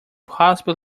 possibly